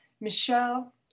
Michelle